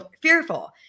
fearful